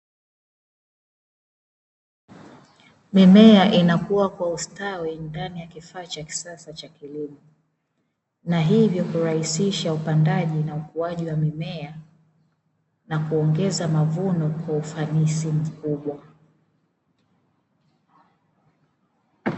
Mimea inakuwa kwa ustawi ndani ya kifaa cha kisasa cha kilimo, na hivyo kurahisisha upandaji na ukuaji wa mimea na kuongeza mavuno kwa ufanisi mkubwa.